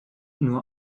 nur